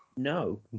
no